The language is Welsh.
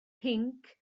pinc